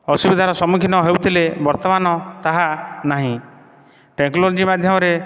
ଅସୁବିଧାର ସମ୍ମୁଖୀନ ହେଉଥିଲେ ବର୍ତ୍ତମାନ ତାହା ନାହିଁ ଟେକ୍ନୋଲୋଜି ମାଧ୍ୟମରେ